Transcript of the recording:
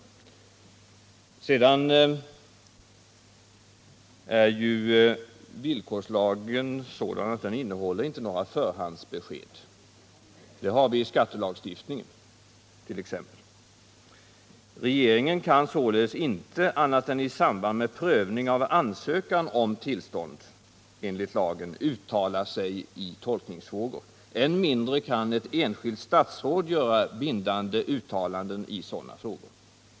För det andra är villkorslagen sådan att den inte innehåller några förhandsbesked av den typ som finns t.ex. i skattelagstiftningen. Regeringen kan således inte annat än i samband med prövning av ansökan om tillstånd enligt lagen uttala sig i tolkningsfrågor. Än mindre kan ett enskilt statsråd göra bindande uttalanden i sådana frågor.